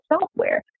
software